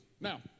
Now